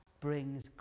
brings